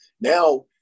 Now